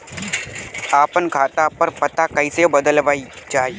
आपन खाता पर पता कईसे बदलल जाई?